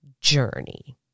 journey